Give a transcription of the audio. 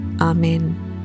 Amen